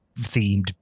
themed